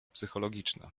psychologiczna